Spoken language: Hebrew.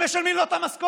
הם משלמים לו את המשכורת,